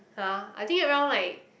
[huh] I think around like